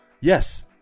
Yes